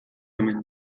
hemen